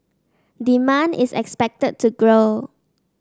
demand is expected to grow